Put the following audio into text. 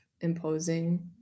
imposing